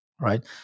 right